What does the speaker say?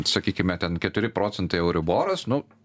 sakykime ten keturi procentai euriboras nu